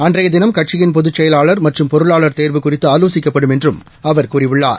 அன்றையதினம் கட்சியின் பொதுச்செயலாளர் மற்றும் பொருளாளர் தேர்வு குறித்து ஆலோசிக்கப்படும் என்றும் அவர் கூறியுள்ளார்